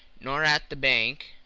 nor at the bank,